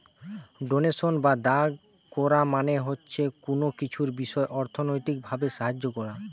donation বা দান কোরা মানে হচ্ছে কুনো কিছুর বিষয় অর্থনৈতিক ভাবে সাহায্য কোরা